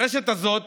ברשת הזאת